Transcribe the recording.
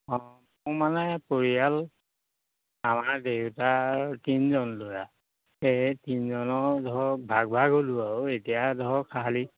অঁ মোৰ মানে পৰিয়াল আমাৰ দেউতাৰ তিনিজন ল'ৰা সেই তিনিজনৰ ধৰ ভাগ ভাগ হ'লো আৰু এতিয়া ধৰক শালি